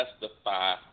justify